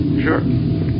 Sure